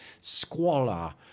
squalor